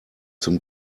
zum